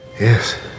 yes